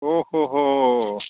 अह ह' ह'